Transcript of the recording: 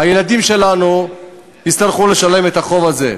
הילדים שלנו יצטרכו לשלם את החוב הזה.